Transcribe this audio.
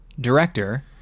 director